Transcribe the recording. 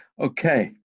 Okay